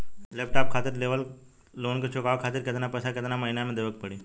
Laptop खातिर लेवल loan के चुकावे खातिर केतना पैसा केतना महिना मे देवे के पड़ी?